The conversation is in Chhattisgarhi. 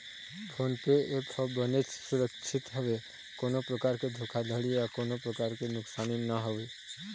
फोन पे ऐप ह बनेच सुरक्छित हवय कोनो परकार के धोखाघड़ी या कोनो परकार के नुकसानी नइ होवय